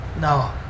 No